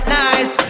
nice